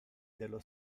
dello